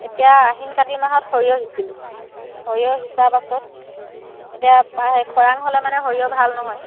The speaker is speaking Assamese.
এতিয়া আহিন কাতি মাহত সৰিয়হ সিঁচিলো সৰিয়হ সিঁচাৰ পাছত এতিয়া খৰাং হ'লে মানে সৰিয়হ ভাল নহয়